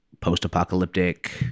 post-apocalyptic